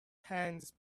hands